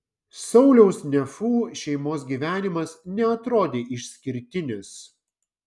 sauliaus nefų šeimos gyvenimas neatrodė išskirtinis